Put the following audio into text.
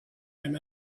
him